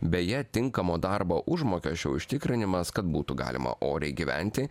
beje tinkamo darbo užmokesčio užtikrinimas kad būtų galima oriai gyventi